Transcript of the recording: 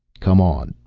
come on,